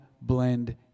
blend